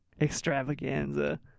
extravaganza